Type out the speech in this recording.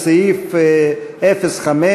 לסעיף 05,